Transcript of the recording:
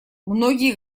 многие